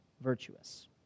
virtuous